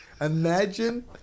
Imagine